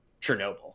chernobyl